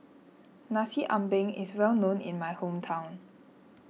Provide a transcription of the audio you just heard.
Nasi Ambeng is well known in my hometown